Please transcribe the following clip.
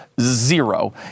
zero